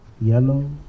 yellow